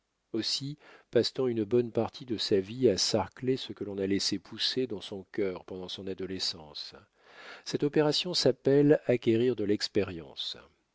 aussi passe t on une bonne partie de sa vie à sarcler ce que l'on a laissé pousser dans son cœur pendant son adolescence cette opération s'appelle acquérir de l'expérience